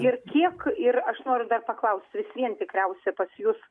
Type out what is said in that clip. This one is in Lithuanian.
ir kiek ir aš noriu dar paklaust vis vien tikriausiai pas jus